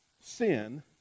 sin